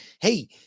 hey